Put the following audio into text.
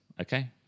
okay